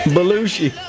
Belushi